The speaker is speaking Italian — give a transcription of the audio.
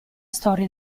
storia